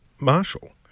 Marshall